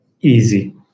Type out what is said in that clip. easy